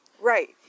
right